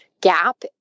gap